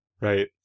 Right